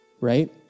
right